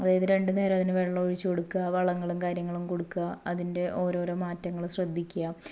അതായത് രണ്ട് നേരം അതിന് വെളളം ഒഴിച്ച് കൊടുക്കുക വളങ്ങളും കാര്യങ്ങളും കൊടുക്കുക അതിൻ്റെ ഓരോരോ മാറ്റങ്ങൾ ശ്രദ്ധിക്കുക